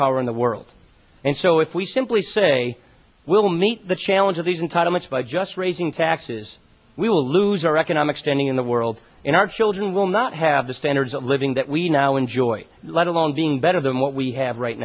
power in the world and so if we simply say we'll meet the challenge of these entitlements by just raising taxes we will lose our economic standing in the world and our children will not have the standards of living that we now enjoy let alone doing better than what we have right